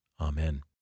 Amen